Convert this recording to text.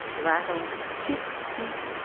rattle, chit, seet,